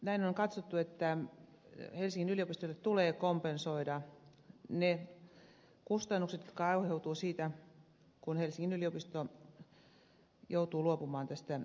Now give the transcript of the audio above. näin on katsottu että helsingin yliopistolle tulee kompensoida ne kustannukset jotka aiheutuvat siitä että helsingin yliopisto joutuu luopumaan tästä vapaudestaan